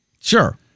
Sure